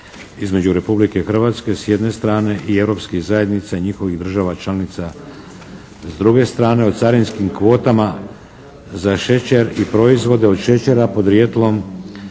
između Republike Hrvatske, s jedne strane, i europskih zajednica i njihovih država članica, s druge strane, o carinskim kvotama za šećer i proizvode od šećera podrijetlom